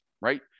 right